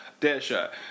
Deadshot